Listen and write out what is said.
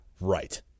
right